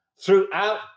throughout